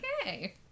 okay